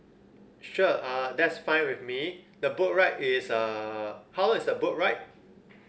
sure uh that's fine with me the boat ride is uh how long is the boat ride